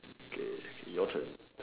okay you all can